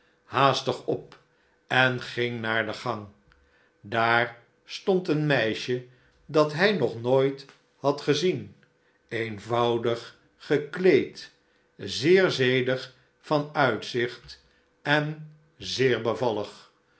haastig op en ging naar de gang daar stond een meisje dat hij nog nooit had gezien eenvoudig gekleed zeer zedig van uitzicht en zeer bevallig